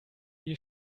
die